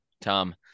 Tom